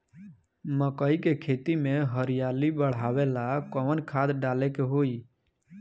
मकई के खेती में हरियाली बढ़ावेला कवन खाद डाले के होई?